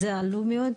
זה עלוב מאוד.